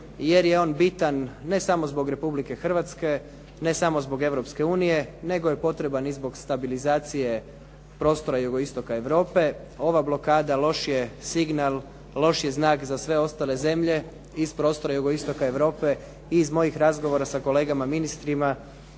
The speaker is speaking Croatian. jer je on bitan ne samo zbog Republike Hrvatske, ne samo zbog Europske unije, nego je potreban i zbog stabilizacije prostora jugoistoka Europe. Ova blokada loš je signal, loš je znak za sve ostale zemlje iz prostora jugoistoka Europe i iz mojih razgovora sa kolegama ministrima